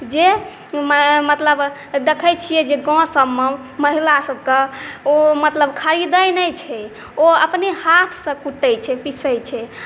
जे मतलब देखैत छियै जे गाँवसभमे महिला सभकेँ ओ मतलब खरीदैत नहि छै ओ अपने हाथसँ कूटैत छै पीसैत छै